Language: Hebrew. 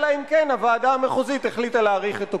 אלא אם כן הוועדה המחוזית החליטה להאריך את תוקפה.